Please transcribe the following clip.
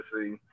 see